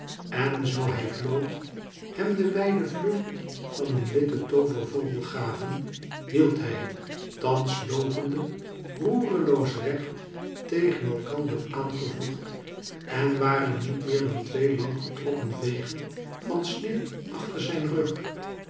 en zoo hij vloog hem de wijde vlucht van een witten toovervogel gaven hield hij thans loopende roereloos recht tegen elkander aan gevoegd en waren niet meer dan twee lang getrokken vegen van sneeuw achter zijn rug